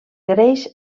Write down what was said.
greix